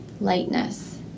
lightness